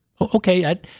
Okay